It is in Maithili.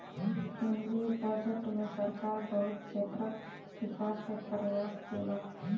केंद्रीय बजट में सरकार बहुत क्षेत्रक विकास के प्रयास केलक